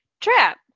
Trap